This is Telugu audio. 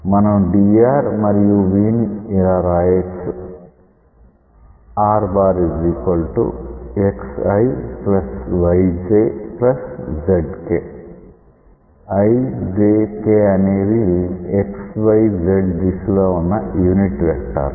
మనం dr మరియు V ని ఇలా వ్రాయొచ్చు r x i y j z k i j k అనేవి x y z దిశలో యూనిట్ వెక్టార్లు